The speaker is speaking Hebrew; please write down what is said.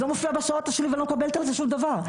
זה לא מופיע בשעות שלי ואני לא מקבלת על זה שום דבר.